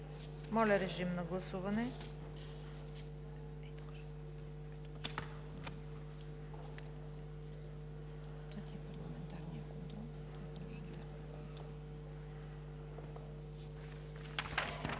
Моля, режим на гласуване